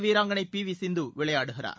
வீராங்கனை P V Sindhu விளையாடுகிறார்